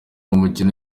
umukino